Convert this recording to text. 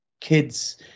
Kids